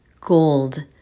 gold